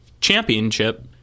championship